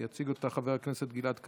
יציג אותה חבר הכנסת גלעד קריב,